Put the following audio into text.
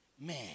Man